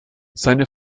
seine